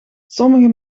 sommige